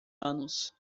anos